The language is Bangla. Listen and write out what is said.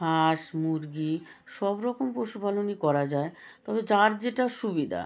হাঁস মুরগি সব রকম পশুপালনই করা যায় তবে যার যেটা সুবিধা